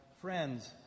friends